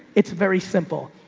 it's very simple.